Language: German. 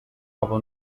aber